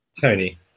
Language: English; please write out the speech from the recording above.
Tony